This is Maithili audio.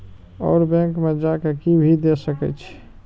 और बैंक में जा के भी दे सके छी?